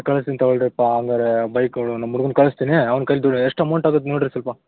ಕಳ್ಸ್ತೀನಿ ತಗೊಳ್ಳಿ ರೀ ಪಾ ಆಮೇಲೆ ಬೈಕು ನಮ್ಮ ಹುಡ್ಗನ್ ಕಳಿಸ್ತೀನಿ ಅವ್ನ ಕೈಯಲ್ಲಿ ಎಷ್ಟು ಅಮೌಂಟ್ ಆಗುತ್ತೆ ನೋಡ್ರಿ ಸ್ವಲ್ಪ